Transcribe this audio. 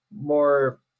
more